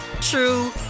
true